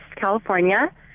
California